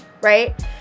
right